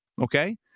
okay